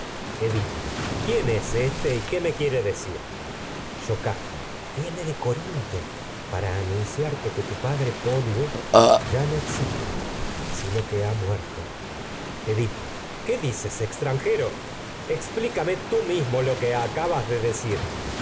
edipo quién es éste y qué me quiere decir anunciarte que tu yocasta viene de corinto para padre pólibo ya no existe sino que ha muerto edipo qué dices extranjero explícame tú mis mo lo que acabas de decir